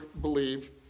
believe